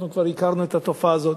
אנחנו כבר הכרנו את התופעה הזאת.